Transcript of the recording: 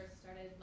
started